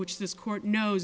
which this court kno